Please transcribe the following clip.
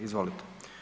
Izvolite.